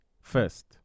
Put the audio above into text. first